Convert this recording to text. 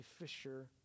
fisher